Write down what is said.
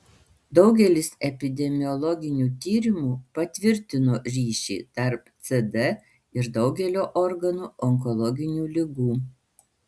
daugelis epidemiologinių tyrimų patvirtino ryšį tarp cd ir daugelio organų onkologinių ligų